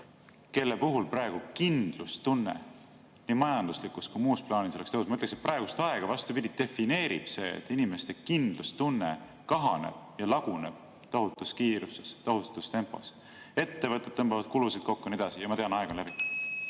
kellel praegu oleks kindlustunne nii majanduslikus kui muus plaanis tõusnud. Ma ütleksin, et praegust aega, vastupidi, defineerib see, et inimeste kindlustunne kahaneb ja laguneb tohutus kiiruses, tohutus tempos, ettevõtted tõmbavad kulusid kokku ja nii edasi. Jaa, ma tean, aeg on läbi.